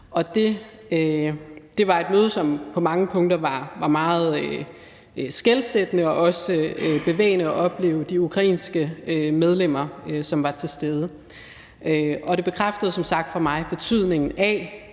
Det var et møde, som på mange punkter var meget skelsættende, og det var også bevægende at opleve de ukrainske medlemmer, som var til stede. Det bekræftede som sagt for mig betydningen af,